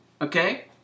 okay